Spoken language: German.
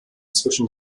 zwischen